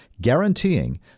guaranteeing